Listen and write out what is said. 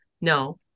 no